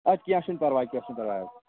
اَدٕ کیٚنٛہہ چھُنہٕ پرواے کیٚنٛہہ چھُنہٕ پرواے